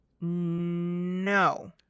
No